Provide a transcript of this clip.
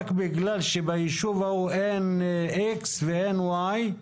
רק בגלל שבישוב ההוא אין X ואין Y,